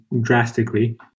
drastically